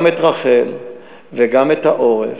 גם את רח"ל וגם את העורף.